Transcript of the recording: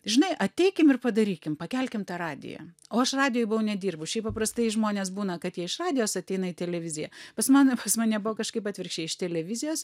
žinai ateikim ir padarykim pakelkim tą radiją o aš radijoj buvau nedirbus šiaip paprastai žmonės būna kad jie iš radijos ateina į televiziją pas mane pas mane buvo kažkaip atvirkščiai iš televizijos